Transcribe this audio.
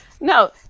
no